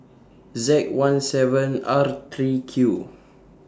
Z one seven R three Q